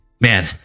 Man